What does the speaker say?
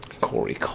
Corey